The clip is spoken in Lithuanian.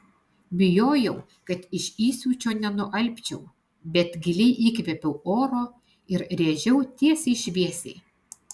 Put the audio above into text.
bijojau kad iš įsiūčio nenualpčiau bet giliai įkvėpiau oro ir rėžiau tiesiai šviesiai